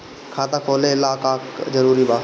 खाता खोले ला का का जरूरी बा?